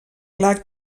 clar